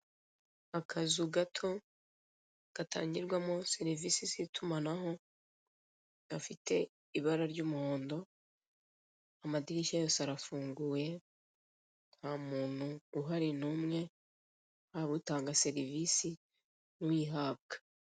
Akazu gato, gatangirwamo serivisi z'itumanaho, gafite ibara ry'umuhondo, amadirishya yose arafunguye, nta muntu uhari n'umwe yaba utanga serivisi n'uyihabwa.